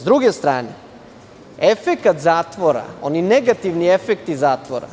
S druge strane, efekat zatvora, oni negativni efekti zatvora,